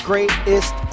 Greatest